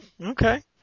okay